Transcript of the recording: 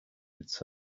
its